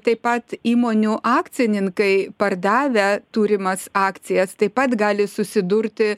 taip pat įmonių akcininkai pardavę turimas akcijas taip pat gali susidurti